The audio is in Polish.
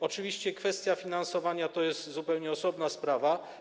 Oczywiście kwestia finansowania to jest zupełnie osobna sprawa.